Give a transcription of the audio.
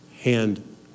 hand